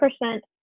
percent